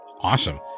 Awesome